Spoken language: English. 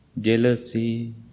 jealousy